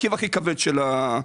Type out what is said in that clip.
המרכיב הכי כבד של העלות.